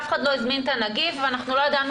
אף אחד לא הזמין את הנגיף ואנחנו לא ידענו